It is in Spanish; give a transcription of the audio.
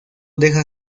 deja